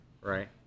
right